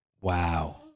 Wow